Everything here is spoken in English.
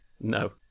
No